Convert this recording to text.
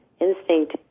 instinct